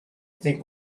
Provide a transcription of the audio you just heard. think